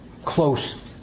close